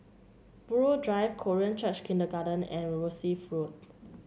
Buroh Drive Korean Church Kindergarten and Rosyth Road